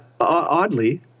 oddly –